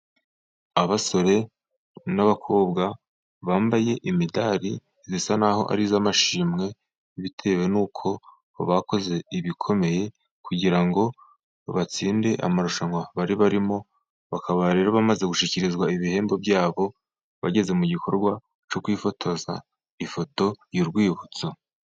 Abasore n'abakobwa bambaye imidari isa naho ari iy'amashimwe bitewe n'uko bakoze ibikomeye kugira ngo batsinde amarushanwa bari barimo bakaba rero bamaze gushyikirizwa ibihembo byabo bageze mu gikorwa cyo kwifotoza ifoto y'urwibutso